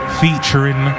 featuring